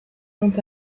ont